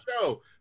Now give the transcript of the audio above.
show